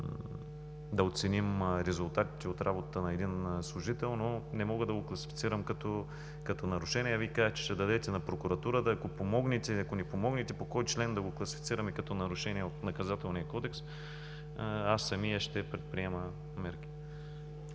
да оценим резултатите от работата на един служител, но не мога да го класифицирам като нарушение. Вие казахте, че ще дадете на Прокуратурата. Ако ни помогнете по кой член да го класифицираме като нарушение от Наказателния кодекс, аз самият ще предприема мерки.